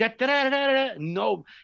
no